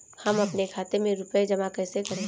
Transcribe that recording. हम अपने खाते में रुपए जमा कैसे करें?